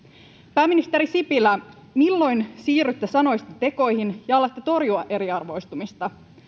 pääministeri sipilä milloin siirrytte sanoista tekoihin ja alatte torjua eriarvoistumista